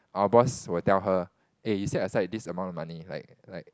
our boss will tell her eh you set aside this amount of money like like